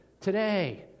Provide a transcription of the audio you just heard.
today